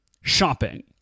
shopping